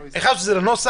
כן, הכנסנו את זה לנוסח,